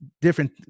different